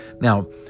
Now